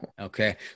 Okay